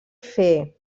fer